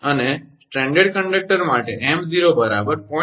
અને stranded conductor માટે 𝑚0 0